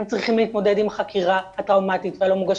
הם צריכים להתמודד עם חקירה טראומטית ולא מונגשת,